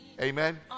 Amen